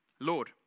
Lord